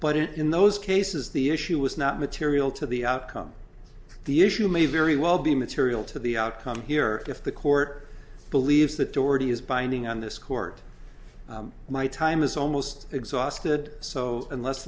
but in those cases the issue was not material to the outcome the issue may very well be immaterial to the outcome here if the court believes that already is binding on this court my time is almost exhausted so unless